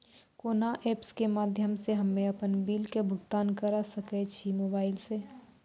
कोना ऐप्स के माध्यम से हम्मे अपन बिल के भुगतान करऽ सके छी मोबाइल से?